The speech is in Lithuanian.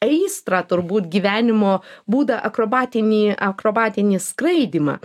aistrą turbūt gyvenimo būdą akrobatinį akrobatinį skraidymą